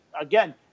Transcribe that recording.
again